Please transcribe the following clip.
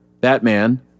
Batman